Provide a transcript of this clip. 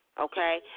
Okay